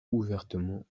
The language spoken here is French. ouvertement